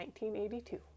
1982